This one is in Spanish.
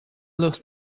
los